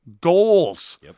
goals